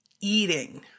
eating